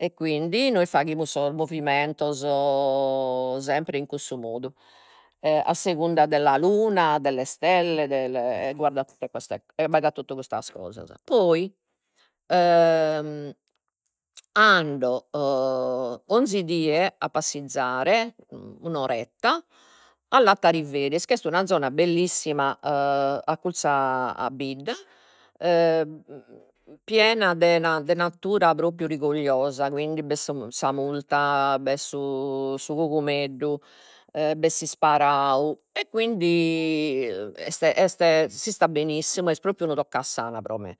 E quindi nois faghimus sos movimentos sempre in cussu modu a segunda della luna delle stelle delle e guarda tutte queste e abbaidat totu custas cosas, poi ando 'onzi die a passizare un'oretta a Lattariferis, chi est una zona bellissima accurzu a a bidda piena de de natura propriu rigogliosa, quindi b'est s- sa murta, b'est su su cugumeddu, e b'est s'isparau, e quindi est, s'istat benissimu, est propriu unu toccasana pro me,